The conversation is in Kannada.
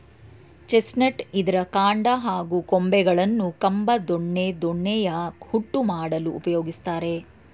ಚೆಸ್ನಟ್ ಇದ್ರ ಕಾಂಡ ಹಾಗೂ ಕೊಂಬೆಗಳನ್ನು ಕಂಬ ದೊಣ್ಣೆ ದೋಣಿಯ ಹುಟ್ಟು ಮಾಡಲು ಉಪಯೋಗಿಸ್ತಾರೆ